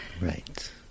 Right